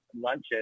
lunches